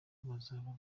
bazaba